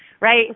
Right